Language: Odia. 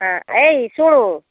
ହଁ ଏଇ ଶୁଣ୍